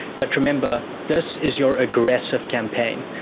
but remember, this is your aggressive campaign.